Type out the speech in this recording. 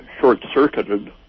short-circuited